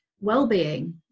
well-being